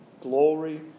Glory